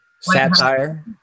satire